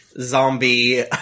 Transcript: zombie